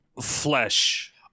flesh